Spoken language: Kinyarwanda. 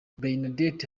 bernadette